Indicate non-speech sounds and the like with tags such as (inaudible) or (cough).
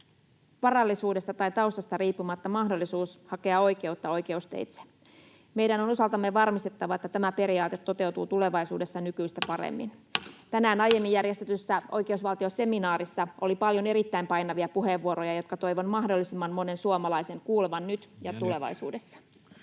varallisuudesta tai taustasta riippumatta mahdollisuus hakea oikeutta oikeusteitse. Meidän on osaltamme varmistettava, että tämä periaate toteutuu tulevaisuudessa nykyistä paremmin. (noise) Tänään aiemmin järjestetyssä oikeusvaltioseminaarissa oli paljon erittäin painavia puheenvuoroja, jotka toivon mahdollisimman monen suomalaisen kuulevan nyt ja tulevaisuudessa.